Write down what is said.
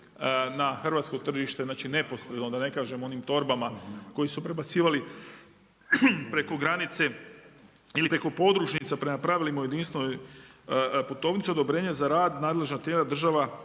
na hrvatsko tržište, neposredno da ne kažem o onim torbama koje su prebacivali preko granice ili preko podružnica prema pravilima o jedinstvenoj putovnici odobrenje za rad nadležna tijela država